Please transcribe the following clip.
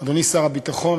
אדוני שר הביטחון,